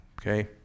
Okay